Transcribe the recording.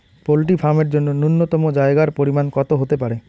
Poultry farm এর জন্য নূন্যতম জায়গার পরিমাপ কত হতে পারে?